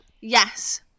Yes